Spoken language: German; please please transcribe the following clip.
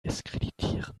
diskreditieren